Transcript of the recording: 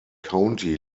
county